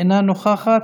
אינה נוכחת.